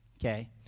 okay